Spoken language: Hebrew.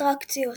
אטרקציות